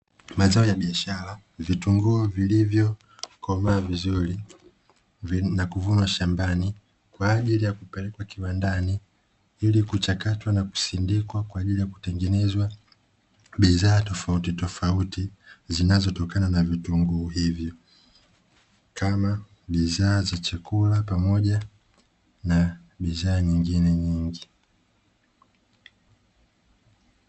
Mazao ya biashara vitunguu vilivyokomaa vizuri na kuvunwa shambani kwa ajili ya kupelekwa kiwandani, ili kuchakatwa na kusindikwa kwa ajili ya kutengenezwa bidhaa tofauti tofauti zinazotokana na vitunguu hvyo kama bidhaa za chakula pamoja na bidhaa nyingine nyingi.